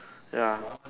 ya